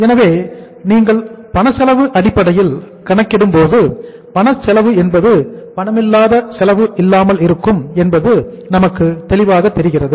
எனவே நீங்கள் பணச்செலவு அடிப்படையில் கணக்கிடும்போது பணச்செலவுஎன்பது பணமில்லாத செலவு இல்லாமல் இருக்கும் என்பது நமக்கு தெளிவாக தெரிகிறது